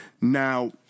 Now